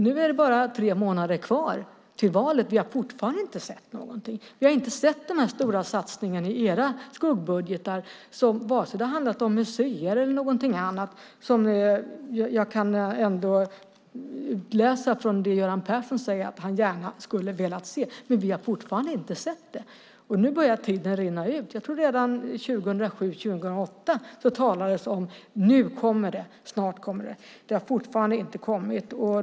Nu är det bara tre månader kvar till valet, och vi har fortfarande inte sett något. Vi har inte sett den stora satsningen i era skuggbudgetar, vare sig det har handlat om museer eller något annat som jag har kunnat utläsa från det Göran Persson säger att han gärna hade velat se. Vi har fortfarande inte sett det. Nu börjar tiden rinna ut. Jag tror det var redan 2007-2008 som det talades om att det snart skulle komma. Det har fortfarande inte kommit.